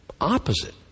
opposite